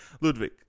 Ludwig